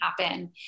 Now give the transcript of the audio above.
happen